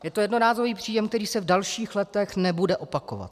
Je to jednorázový příjem, který se v dalších letech nebude opakovat.